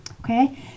Okay